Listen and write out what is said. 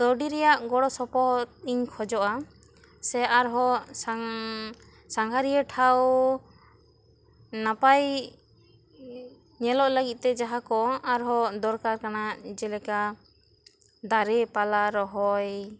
ᱠᱟᱹᱣᱰᱤ ᱨᱮᱭᱟᱜ ᱜᱚᱲᱚ ᱥᱚᱯᱚᱦᱚᱫ ᱤᱧ ᱠᱷᱚᱡᱚᱜᱼᱟ ᱥᱮ ᱟᱨ ᱦᱚᱸ ᱥᱟᱝ ᱥᱟᱸᱜᱷᱟᱨᱤᱭᱟᱹ ᱴᱷᱟᱶ ᱱᱟᱯᱟᱭ ᱧᱮᱞᱚᱜ ᱞᱟᱹᱜᱤᱫ ᱛᱮ ᱡᱟᱦᱟᱸ ᱠᱚ ᱟᱨᱦᱚᱸ ᱫᱚᱨᱠᱟᱨ ᱠᱟᱱᱟ ᱡᱮᱞᱮᱠᱟ ᱫᱟᱨᱮ ᱯᱟᱞᱟ ᱨᱚᱦᱚᱭ